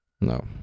No